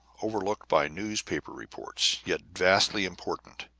overlooked by newspaper reports, yet vastly important,